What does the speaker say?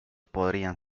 podrían